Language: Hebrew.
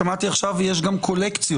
שמעתי עכשיו שיש גם קולקציות